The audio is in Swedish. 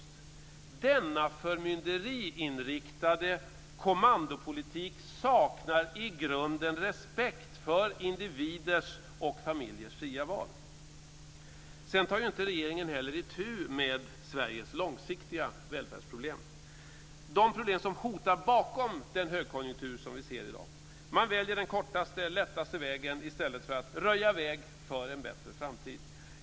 Denna förmynderiinriktade kommandopolitik saknar i grunden respekt för individers och familjers fria val. Sedan tar regeringen heller inte itu med Sveriges långsiktiga välfärdsproblem, de problem som hotar bakom den högkonjunktur som vi i dag ser. Man väljer den kortaste och lättaste vägen i stället för att röja väg för en bättre framtid.